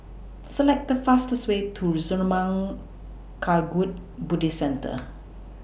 Select The fastest Way to Zurmang Kagyud Buddhist Centre